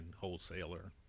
wholesaler